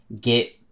get